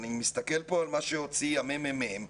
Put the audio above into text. אני מסתכל פה על מה שהוציא מרכז המידע והמחקר של הכנסת.